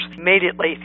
immediately